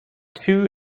two